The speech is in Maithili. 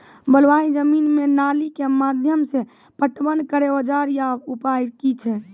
बलूआही जमीन मे नाली के माध्यम से पटवन करै औजार या उपाय की छै?